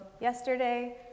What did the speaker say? yesterday